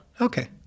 Okay